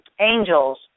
Angels